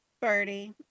Birdie